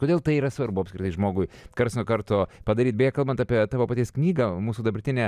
kodėl tai yra svarbu apskritai žmogui karts nuo karto padaryt bekalbant apie tavo paties knygą mūsų dabartinė